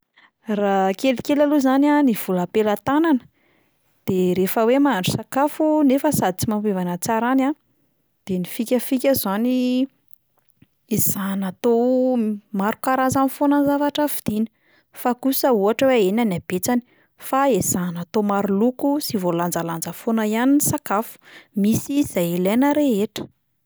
Raha kelikely aloha zany a ny vola am-pelatanana, de rehefa hoe mahandro sakafo nefa sady tsy mampiova ny hatsarany a, de ny fikafika 'zany, ezahana atao maro karazany foana ny zavatra vidiana, fa kosa ohatra hoe ahena ny habetsany, fa ezahana atao maro loko sy voalanjalanja foana ihany ny sakafo, misy izay ilaina rehetra.